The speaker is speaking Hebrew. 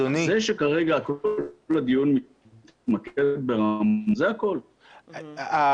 זה שכרגע כל הדיון מתמקד ברמון --- בנתב"ג